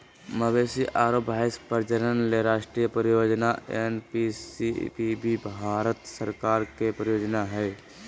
मवेशी आरो भैंस प्रजनन ले राष्ट्रीय परियोजना एनपीसीबीबी भारत सरकार के परियोजना हई